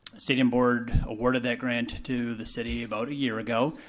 stadium board awarded that grant to the city about a year ago.